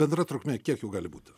bendra trukmė kiek jų gali būti